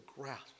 grasp